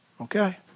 Okay